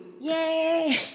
Yay